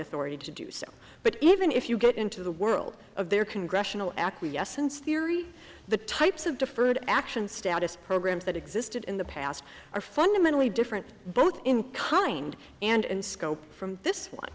authority to do so but even if you get into the world of their congressional acquiescence theory the types of deferred action status programs that existed in the past are fundamentally different both in kind and in scope from this one